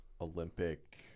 Olympic